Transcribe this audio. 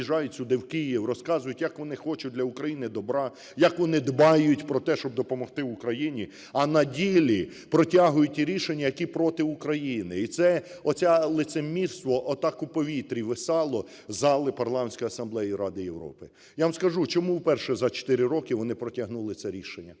словах приїжджають сюди в Київ, розказують, як вони хочуть для України добра, як вони дбають про те, щоб допомогти Україні, а на ділі протягують ті рішення, які проти України. І оце лицемірство отак у повітрі висіло в залі Парламентської асамблеї Ради Європи. Я вам скажу, чому у перше за чотири роки вони протягнули це рішення.